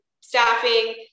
staffing